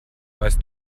meist